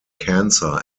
cancer